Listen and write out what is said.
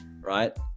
right